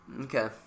Okay